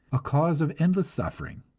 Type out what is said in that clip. a cause of endless suffering.